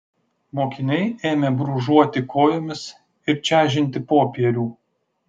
mokiniai ėmė brūžuoti kojomis ir čežinti popierių